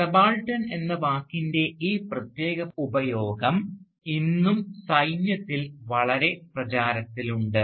subaltern എന്ന വാക്കിൻറെ ഈ പ്രത്യേക ഉപയോഗം ഇന്നും സൈന്യത്തിൽ വളരെ പ്രചാരത്തിലുണ്ട്